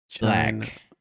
Black